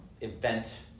event